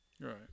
Right